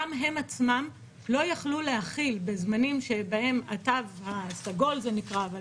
גם הם עצמם לא יכלו להכיל בזמנים שבהם היה התו הסגול - לא